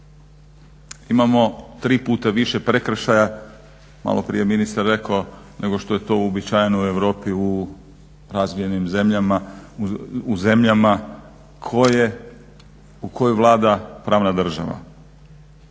Imamo tri puta više prekršaja, maloprije je ministar rekao nego što je to uobičajeno u Europi, u razvijenim zemljama, u zemljama koje, u kojoj vlada pravna država.